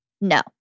no